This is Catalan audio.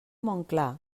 montclar